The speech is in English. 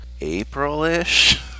April-ish